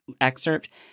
excerpt